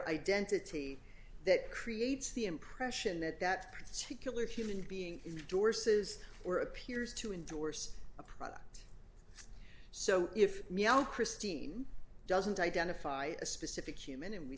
identity that creates the impression that that particular human being is divorces or appears to endorse a product so if meow christine doesn't identify a specific human and we